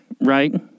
Right